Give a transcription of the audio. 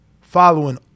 following